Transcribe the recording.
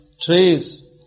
trees